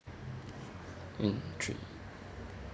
and three